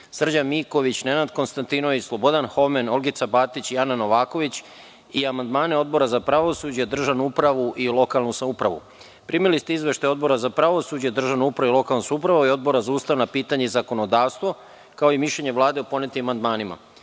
Srđan Miković, Nenad Konstantinović, Slobodan Homen, Olgica Batić i Ana Novković i amandmane Odbora za pravosuđe, državnu upravu i lokalnu samoupravu. Primili ste izveštaje Odbora za pravosuđe, državnu upravu i lokalnu samoupravu i Odbora za ustavna pitanja i zakonodavstvo, kao i mišljenje Vlade o podnetim amandmanima. Pošto